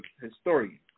historian